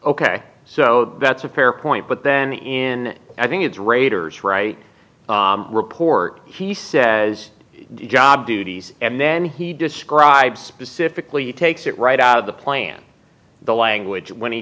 ok so that's a fair point but then in i think it's raiders right report he says job duties and then he describes specifically takes it right out of the plan the language when he